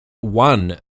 one